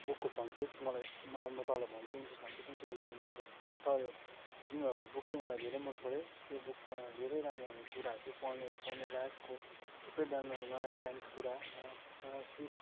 बुकको front page मलाई म म तपाईँलाई भन्छु इन्ट्रेसलाग्दो कुन चाहिँ कुन चाहिँ मनपर्छ त्यो अस्ति तपाईँले दिनु भएको बुक चाहिँ मलाई धेरै मनपऱ्यो त्यो बुकमा धेरै राम्रो राम्रो कुराहरू थियो पढ्ने पढ्ने लायकको थुप्रै दामी दामी नयाँ ज्ञानको कुरा नयाँ नयाँ सिख